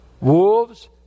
Wolves